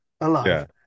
alive